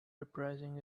reprising